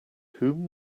whom